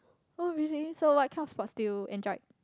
oh really so what kind of sports do you enjoyed